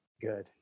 good